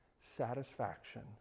satisfaction